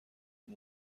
این